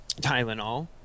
Tylenol